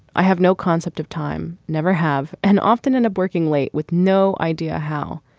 i have no concept of time. never have and often end up working late with no idea how.